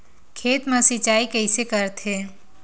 खेत मा सिंचाई कइसे करथे?